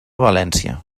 valència